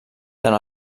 tant